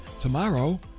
tomorrow